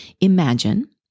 Imagine